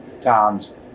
times